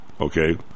okay